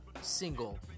single